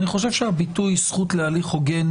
הביטוי ששגור בפסיקה,